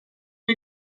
che